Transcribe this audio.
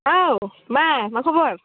औ मा मा खबर